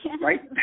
right